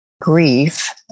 grief